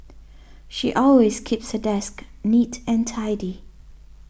she always keeps her desk neat and tidy